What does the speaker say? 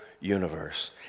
universe